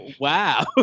wow